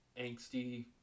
angsty